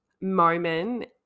moment